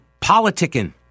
politicking